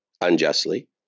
unjustly